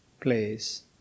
place